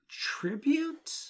tribute